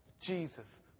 Jesus